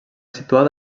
situat